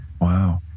wow